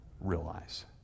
realize